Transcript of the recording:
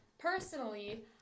Personally